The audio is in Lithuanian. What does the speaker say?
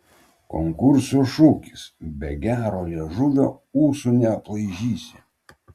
konkurso šūkis be gero liežuvio ūsų neaplaižysi